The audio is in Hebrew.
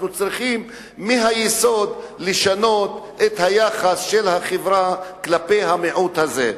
אנחנו צריכים לשנות מהיסוד את היחס של החברה כלפי המיעוט הזה.